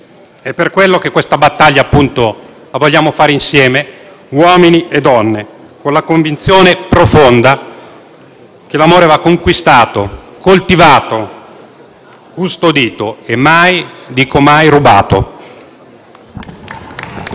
È per tale ragione che questa battaglia la vogliamo fare insieme, uomini e donne, con la convinzione profonda che l'amore vada conquistato, coltivato, custodito e mai - dico mai - rubato.